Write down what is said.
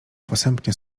posępnie